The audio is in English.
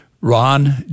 Ron